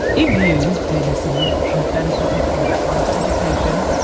if you, dear listener, have benefitted from private education,